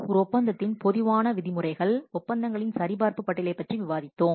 ஒரு ஒப்பந்தத்தின் பொதுவான விதிமுறைகள் ஒப்பந்தங்களின் சரிபார்ப்பு பட்டியல் பற்றி விவாதித்தோம்